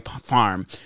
Farm